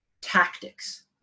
tactics